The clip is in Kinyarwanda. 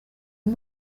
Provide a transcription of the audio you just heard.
uyu